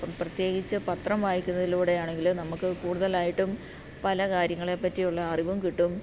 ഇപ്പം പ്രത്യേകിച്ച് പത്രം വായിക്കുന്നതിലൂടെയാണെങ്കിൽ നമുക്ക് കൂടുതലായിട്ടും പല കാര്യങ്ങളെ പറ്റിയുള്ള അറിവും കിട്ടും